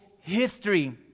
history